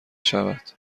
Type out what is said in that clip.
شود